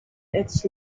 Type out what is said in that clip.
its